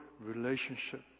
relationship